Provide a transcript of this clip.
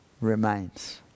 remains